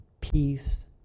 peace